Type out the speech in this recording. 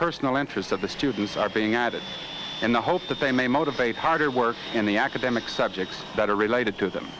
personal interest of the students are being added in the hope that they may motivate harder work in the academic subjects that are related to them